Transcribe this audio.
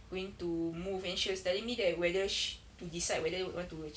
going to move and she was telling me that whether sh~ to decide whether want to